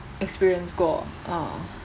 experience 过 ah